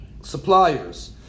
suppliers